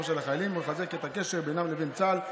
של החיילים ולחזק את הקשר בינם לבין צה"ל.